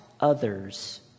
others